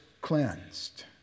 cleansed